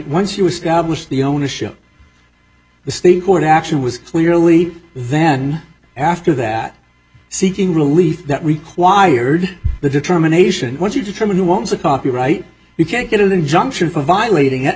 once you establish the ownership the state court action was clearly then after that seeking relief that required the determination once you determine who wants a copyright you can't get injunction for violating it